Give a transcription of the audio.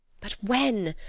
but when,